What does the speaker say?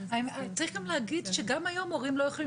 צריך לומר שגם היום הורים לא יכולים